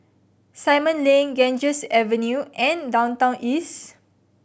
Simon Lane Ganges Avenue and Downtown East